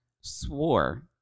swore